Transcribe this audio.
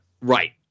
Right